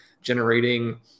generating